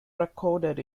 recorded